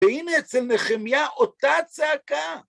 והנה אצל נחמיה אותה צעקה.